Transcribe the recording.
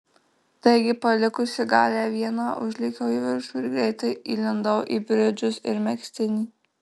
taigi palikusi galią vieną užlėkiau į viršų ir greitai įlindau į bridžus ir megztinį